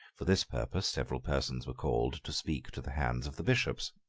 for this purpose several persons were called to speak to the hands of the bishops.